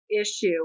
issue